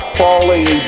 falling